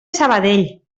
sabadell